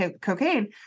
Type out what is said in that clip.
cocaine